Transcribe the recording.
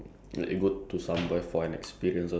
uh you don't buy like things that